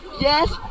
yes